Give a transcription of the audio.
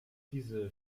diese